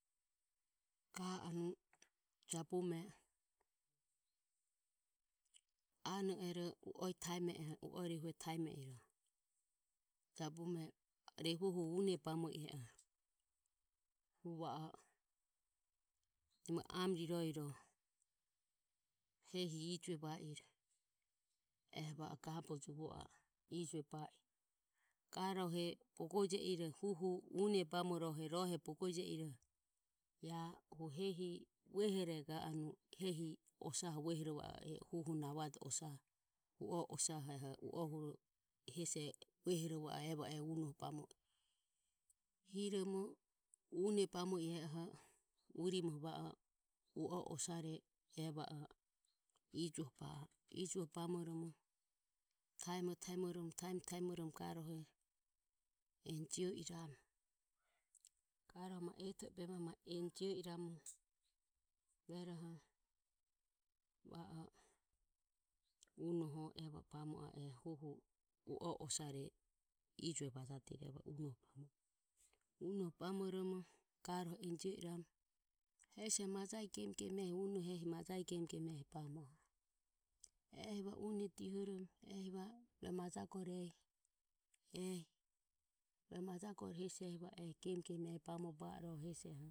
Ga anu jabume ano ero uoe rehue taeme oho une bamo ire oho hu va o amo rerorero hesi ijue va iro va o gabe juvo a e garohe bogo je e huhu une bamo irohe ae hu hehi vueherero osaho vuohorovo ae uoe osaho hesi va o e unoho bamo i hiromo urimoho va o e va o ujue bamoromo taimorom taim taimorom enjio iramu ma eto behe mae rueroho unoho e va o bamo ae huhu uoe osare unoho bamoromo ga rohe enjio iramu hesi e majae gem gem bamo a e dihoromo ehi va o ehi ro majae goho unoho.